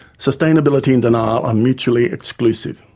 sustainability and denial are mutually exclusive.